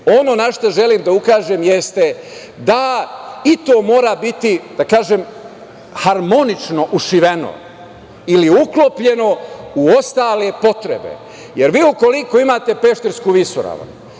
ono što želim da naglasim jeste da i to mora biti harmonično ušiveno ili uklopljeno u ostale potrebe, jer vi ukoliko imate Peštersku visoravan,